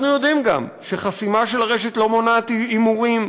אנחנו יודעים גם שחסימה של הרשת לא מונעת הימורים,